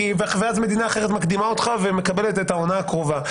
כי אז מדינה אחרת מקדימה אותך ומקבלת את העונה הקרובה.